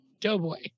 Doughboy